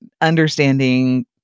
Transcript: understanding